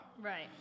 Right